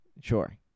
Sure